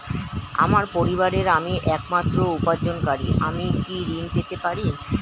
আমার পরিবারের আমি একমাত্র উপার্জনকারী আমি কি ঋণ পেতে পারি?